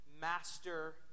master